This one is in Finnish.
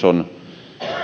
on